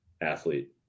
athlete